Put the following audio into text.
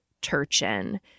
Turchin